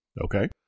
Okay